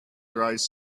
dries